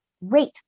rate